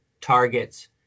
targets